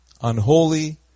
unholy